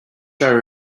are